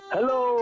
Hello